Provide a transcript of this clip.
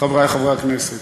חברי חברי הכנסת,